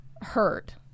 hurt